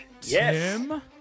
Tim